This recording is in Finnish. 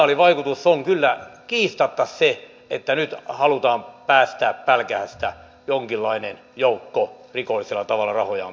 se signaalivaikutus on kyllä kiistatta se että nyt halutaan päästää pälkähästä jonkinlainen joukko rikollisella tavalla rahojaan piilottaneita